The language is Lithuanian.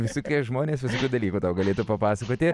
visi tie žmonės visokių dalykųi tau galėtų papasakoti